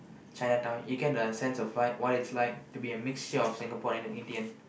Chinatown you get a sense of vibe what it's like to be a mixture of Singapore and Indian